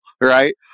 right